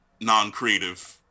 non-creative